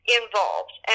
involved